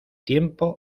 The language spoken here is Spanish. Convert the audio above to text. tiempo